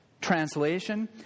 translation